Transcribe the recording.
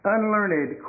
Unlearned